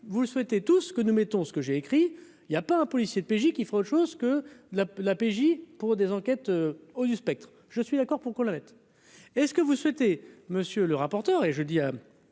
vous le souhaitez, tout ce que nous mettons ce que j'ai écrit il y a pas un policier de PJ qui fera autre chose que la la PJ pour des enquêtes au du spectre, je suis d'accord pour qu'on arrête, est ce que vous souhaitez, monsieur le rapporteur, et je dis à